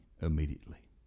Immediately